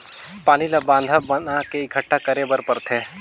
पानी ल बांधा बना के एकटठा करे बर परथे